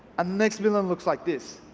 ah next billion looks like this.